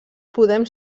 podem